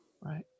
Right